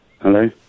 Hello